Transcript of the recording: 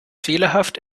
fehlerhaft